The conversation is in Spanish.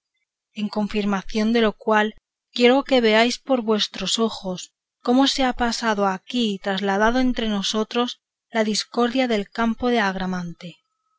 en confirmación de lo cual quiero que veáis por vuestros ojos cómo se ha pasado aquí y trasladado entre nosotros la discordia del campo